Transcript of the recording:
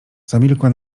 zamilkła